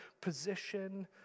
position